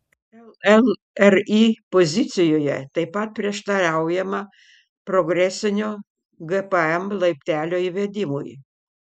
llri pozicijoje taip pat prieštaraujama progresinio gpm laiptelio įvedimui